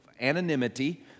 anonymity